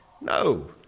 No